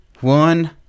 one